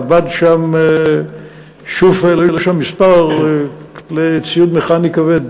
עבד שם "שופל" היו שם כמה כלי ציוד מכני כבד,